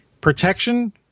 protection